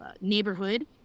neighborhood